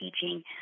teaching